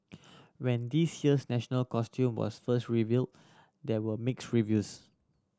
when this year's national costume was first reveal there were mix reviews